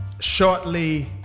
Shortly